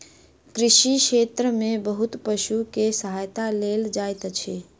कृषि क्षेत्र में बहुत पशु के सहायता लेल जाइत अछि